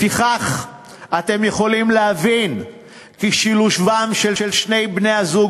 לפיכך אתם יכולים להבין כי שילובם של שני בני-הזוג